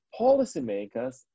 policymakers